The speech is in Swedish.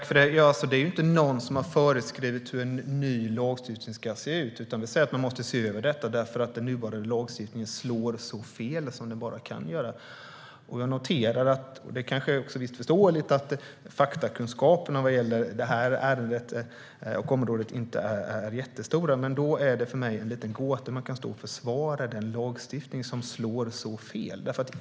Fru talman! Det är inte någon som har föreskrivit hur en ny lagstiftning ska se ut. Vi säger att man måste se över detta för att den nuvarande lagstiftningen slår så fel som den bara kan. Det kanske är förståeligt att faktakunskaperna vad gäller detta ärende och detta område inte är jättestora. Men det är för mig en gåta hur Annika Hirvonen Falk kan stå här och försvara den lagstiftning som slår så fel.